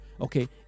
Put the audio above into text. okay